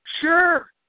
Sure